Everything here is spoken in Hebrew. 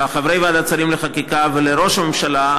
לחברי ועדת השרים לחקיקה ולראש הממשלה,